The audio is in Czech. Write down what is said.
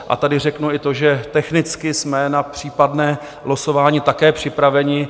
A tady řeknu i to, že technicky jsme na případné losování také připraveni.